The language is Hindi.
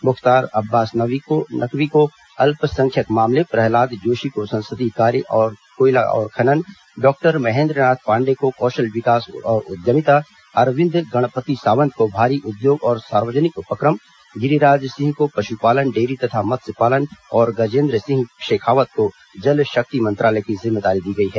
मुख्तार अब्बास नकवी को अल्पसंख्यक मामले प्रहलाद जोशी को संसदीय कार्य कोयला और खनन डॉक्टर महेंद्रनाथ पांडेय को कौशल विकास और उद्यमिता अरविंद गणपति सावंत को भारी उद्योग और सार्वजनिक उपक्रम गिरिराज सिंह को पशुपालन डेयरी तथा मत्स्य पालन और गजेंद्र सिंह शेखावत को जल शक्ति मंत्रालय की जिम्मेदारी दी गई है